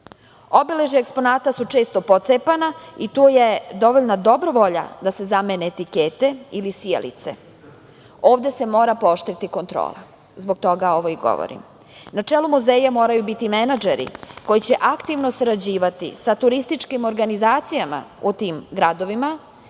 eksponata su često pocepana i tu je dovoljna dobra volja da se zamene etikete ili sijalice. Ovde se mora pooštriti kontrola. Zbog toga ovo i govorim. Na čelu muzeja moraju biti menadžeri koji će aktivno sarađivati sa turističkim organizacijama u tim gradovima